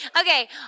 Okay